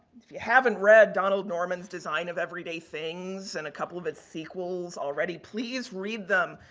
if you haven't read donald norman's design of everyday things and a couple of its sequels already, please read them.